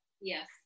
yes